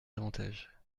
davantage